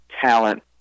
talent